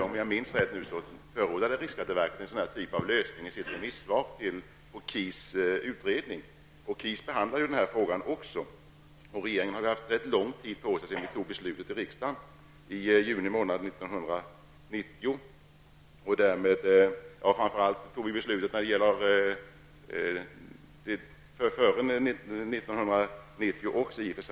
Om jag minns rätt förordade riksskatteverket den här typen av lösning i sitt remissvar till KIS, som också behandlar denna fråga. Regeringen har haft rätt lång tid på sig sedan beslutet fattades i riksdagen i juni 1990.